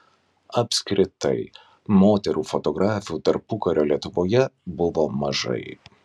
apskritai moterų fotografių tarpukario lietuvoje buvo mažai